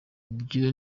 ibyo